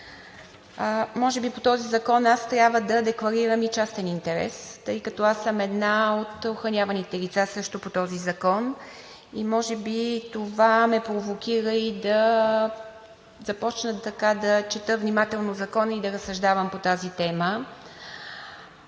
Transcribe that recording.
Може би по този закон аз трябва да декларирам и частен интерес, тъй като аз съм една от охраняваните лица също по този закон и може би това ме провокира и да започна да чета внимателно Закона и да разсъждавам по тази тема.